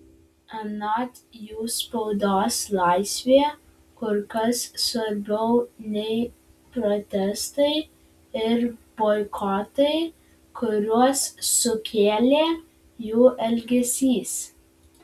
anot jų spaudos laisvė kur kas svarbiau nei protestai ir boikotai kuriuos sukėlė jų elgesys